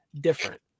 Different